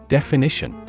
Definition